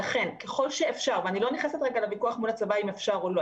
ואני לא נכנסת רגע לוויכוח מול הצבא אם אפשר או לא,